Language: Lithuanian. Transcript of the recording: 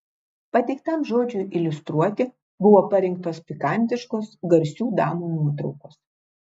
pateiktam žodžiui iliustruoti buvo parinktos pikantiškos garsių damų nuotraukos